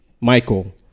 Michael